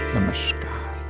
Namaskar